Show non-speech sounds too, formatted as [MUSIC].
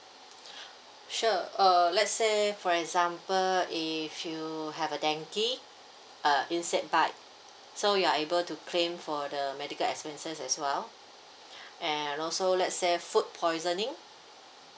[BREATH] sure uh let say for example if you have a dengue uh insect bite so you are able to claim for the medical expenses as well [BREATH] and also let say food poisoning